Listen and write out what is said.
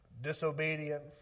disobedient